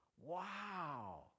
wow